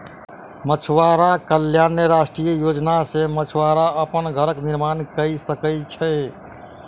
मछुआरा कल्याण राष्ट्रीय योजना सॅ मछुआरा अपन घर निर्माण कय सकै छै